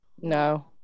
No